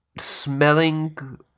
smelling